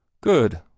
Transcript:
Good